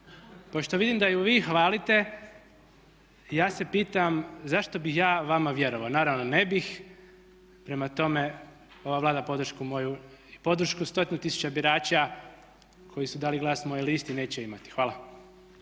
pošto vidim da ju vi hvalite ja se pitam zašto bi ja vama vjerovao? Naravno ne bih, prema tome ova Vlada podršku moju i podršku stotinu tisuća birača koji su dali glas mojoj listi neće imati. Hvala.